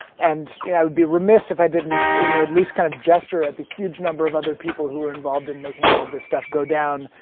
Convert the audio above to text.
and yeah i would be remiss if i didn't you know at least kind of gesture at the huge number of other people who were involved in making all of this stuff go down.